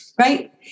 Right